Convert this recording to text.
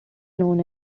known